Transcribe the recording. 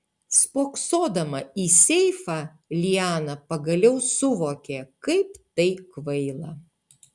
spoksodama į seifą liana pagaliau suvokė kaip tai kvaila